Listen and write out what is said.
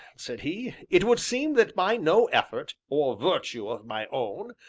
said he, it would seem that by no effort, or virtue of my own,